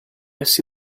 assi